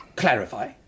clarify